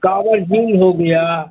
cupboard झील हो गया